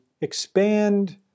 expand